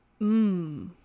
Mmm